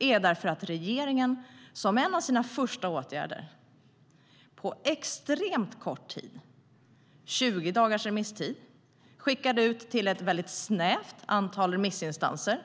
beror på att regeringen, som en av sina första åtgärder, på extremt kort tid - 20 dagars remisstid - skickade ut förslaget till ett väldigt snävt antal remissinstanser.